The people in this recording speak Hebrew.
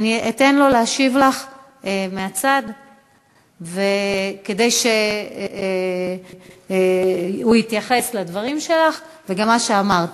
אני אתן לו להשיב לך מהצד כדי שהוא יתייחס לדברים שלך וגם למה שאמרת.